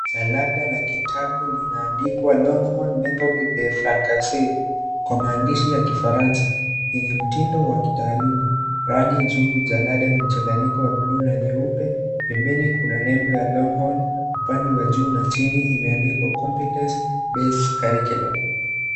Jalada la kitabu linaandikwa Longhorn Methode de Francais , kwa maandishi ya kifaransa yenye mtindo wa kitaaluma. Rangi juu jalada ni mchanganyiko wa bluu na nyeupe, pembeni kuna nembo ya Longhorn. Upande wa juu na chini imeandikwa Competence Based Curriculum .